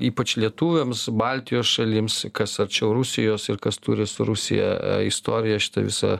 ypač lietuviams baltijos šalims kas arčiau rusijos ir kas turi su rusija istoriją šitą visą